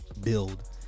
build